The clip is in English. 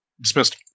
Dismissed